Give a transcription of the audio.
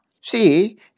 See